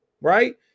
right